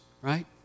right